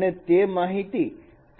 અને તે માહિતી